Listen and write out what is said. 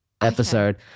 episode